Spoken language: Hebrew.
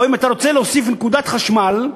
או אתה רוצה להוסיף נקודת חשמל,